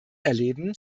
erleben